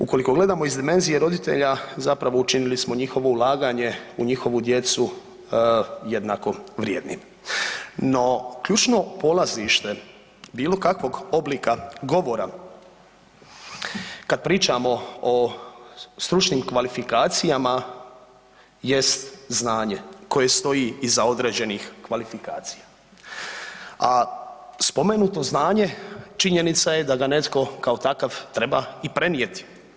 Ukoliko gledamo iz dimenzije roditelja, zapravo, učinili smo njihovo ulaganje u njihovu djecu jednako vrijednim, no ključno polazište bilo kakvog oblika govora, kad pričamo o stručnim kvalifikacijama jest znanje koje stoji iza određenih kvalifikacija, a spomenuto znanje, činjenica je da ga netko kao takav treba i prenijeti.